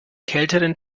kälteren